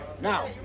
Now